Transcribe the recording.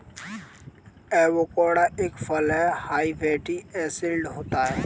avocado एक फल हैं हाई फैटी एसिड होता है